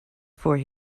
for